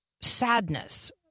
sadness